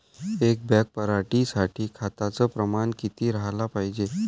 एक बॅग पराटी साठी खताचं प्रमान किती राहाले पायजे?